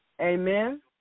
Amen